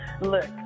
Look